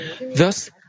Thus